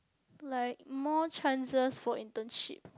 like more chances for internship